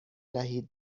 دهید